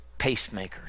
pacemakers